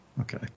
Okay